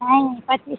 नहीं पच्चीस